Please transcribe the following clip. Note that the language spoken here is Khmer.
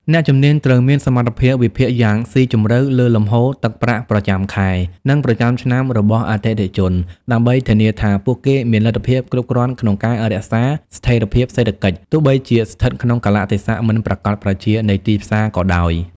អ្នកជំនាញត្រូវមានសមត្ថភាពវិភាគយ៉ាងស៊ីជម្រៅលើលំហូរទឹកប្រាក់ប្រចាំខែ និងប្រចាំឆ្នាំរបស់អតិថិជន ដើម្បីធានាថាពួកគេមានលទ្ធភាពគ្រប់គ្រាន់ក្នុងការរក្សាស្ថិរភាពសេដ្ឋកិច្ច ទោះបីជាស្ថិតក្នុងកាលៈទេសៈមិនប្រាកដប្រជានៃទីផ្សារក៏ដោយ។